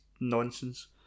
nonsense